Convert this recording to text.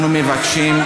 אנחנו מבקשים,